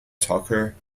tucker